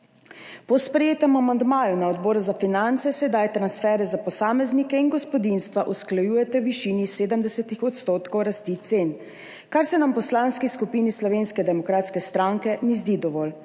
Po sprejetem amandmaju na Odboru za finance sedaj transferje za posameznike in gospodinjstva usklajujete v višini 70 % rasti cen, kar se nam v Poslanski skupini Slovenske demokratske stranke ne zdi dovolj.